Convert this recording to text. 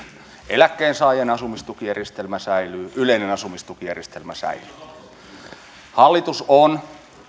eläkkeensaajien asumistukijärjestelmä säilyy yleinen asumistukijärjestelmä säilyy hallitus on